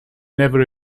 never